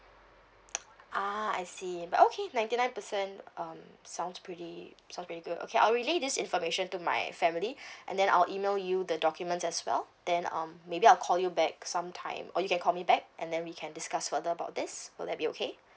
ah I see but okay ninety nine percent um sounds pretty sounds pretty good okay I'll relay this information to my family and then I'll email you the documents as well then um maybe I'll call you back sometime or you can call me back and then we can discuss further about this will that be okay